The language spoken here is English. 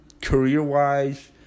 career-wise